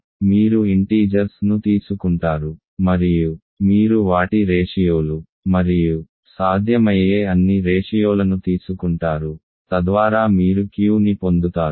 కాబట్టి మీరు ఇంటీజర్స్ ను తీసుకుంటారు మరియు మీరు వాటి రేషియోలు మరియు సాధ్యమయ్యే అన్ని రేషియోలను తీసుకుంటారు తద్వారా మీరు Qని పొందుతారు